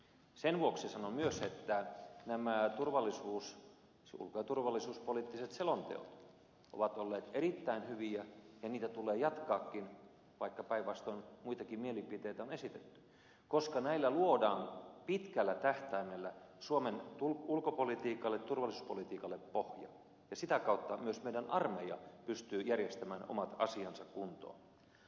sen vuoksi sanon myös että nämä ulko ja turvallisuuspoliittiset selonteot ovat olleet erittäin hyviä ja niitä tulee jatkaakin vaikka päinvastoin muitakin mielipiteitä on esitetty koska näillä luodaan pitkällä tähtäimellä suomen ulkopolitiikalle turvallisuuspolitiikalle pohja ja sitä kautta myös meidän armeija pystyy järjestämään omat asiansa kuntoon